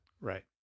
Right